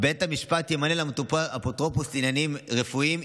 אם בית המשפט ימנה למטופל אפוטרופוס לעניינים רפואיים,